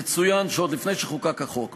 יצוין שעוד לפני שחוקק החוק,